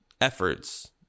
efforts